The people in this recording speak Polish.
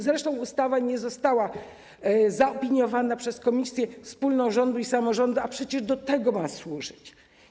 Zresztą ustawa nie została zaopiniowana przez Komisję Wspólną Rządu i Samorządu Terytorialnego, a przecież do tego ma służyć.